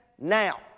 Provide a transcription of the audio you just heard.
Now